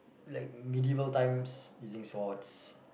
like medieval times using swords